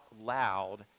loud